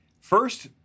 first